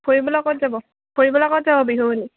ফুৰিবলৈ ক'ত যাব ফুৰিবলৈ ক'ত যাব বিহু বুলি